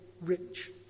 rich